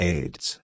Aids